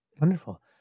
Wonderful